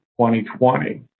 2020